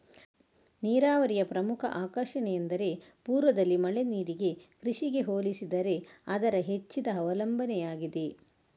ನೀರಾವರಿಯ ಪ್ರಮುಖ ಆಕರ್ಷಣೆಯೆಂದರೆ ಪೂರ್ವದಲ್ಲಿ ಮಳೆ ನೀರಿನ ಕೃಷಿಗೆ ಹೋಲಿಸಿದರೆ ಅದರ ಹೆಚ್ಚಿದ ಅವಲಂಬನೆಯಾಗಿದೆ